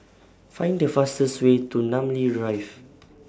Find The fastest Way to Namly Drive